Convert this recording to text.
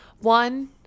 one